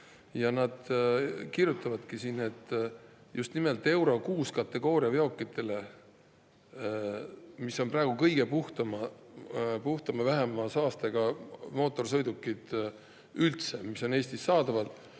Ja nad kirjutavadki siin, et just nimelt EURO VI kategooria veokitele, mis on praegu kõige puhtamad, vähim saastavad mootorsõidukid üldse, mis on Eestis saadaval